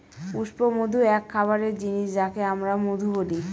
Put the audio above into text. পুষ্পমধু এক খাবারের জিনিস যাকে আমরা মধু বলি